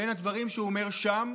בין הדברים שהוא אומר שם,